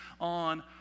on